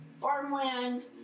farmland